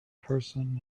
person